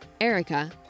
Erica